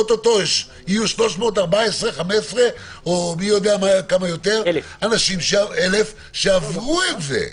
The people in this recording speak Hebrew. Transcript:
עוד מעט יהיה 314, 315 אלף אנשים שעברו את זה.